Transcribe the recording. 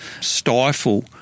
stifle